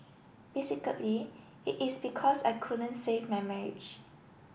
basically it is because I couldn't save my marriage